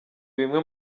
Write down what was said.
bimwe